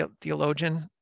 theologian